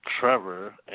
Trevor